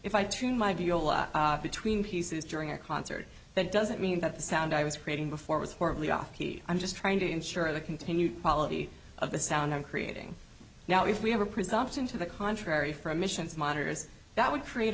if i tune my view between pieces during a concert that doesn't mean that the sound i was creating before was horribly off key i'm just trying to ensure the continued quality of the sound i'm creating now if we have a presumption to the contrary for emissions monitors that would create